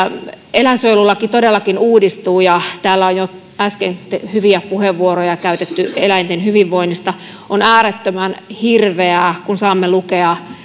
eläinsuojelulaki todellakin uudistuu ja täällä on jo äsken hyviä puheenvuoroja käytetty eläinten hyvinvoinnista on äärettömän hirveää kun saamme lukea